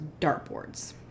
dartboards